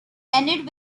ended